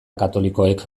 katolikoek